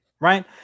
Right